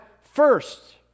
first